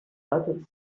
others